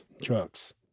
drugs